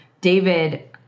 David